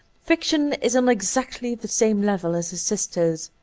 fiction is on exactly the same level as her sisters.